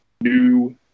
new